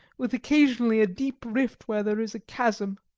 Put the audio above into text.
with occasionally a deep rift where there is a chasm.